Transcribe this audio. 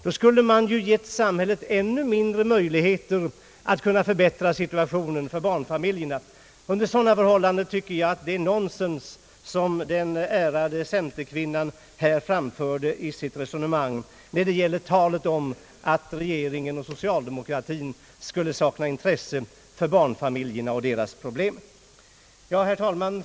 Då skulle man ju ha gett samhället ännu mindre möjligheter att förbättra situationen för barnfamiljerna. Under sådana förhållanden tycker jag att det är nonsens vad den ärade centerkvinnan anförde i sitt resonemang när hon talade om att regeringen och socialdemokratin skulle sakna intresse för barnfamiljerna och deras problem. Herr talman!